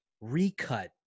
recut